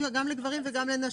גם לגברים וגם לנשים.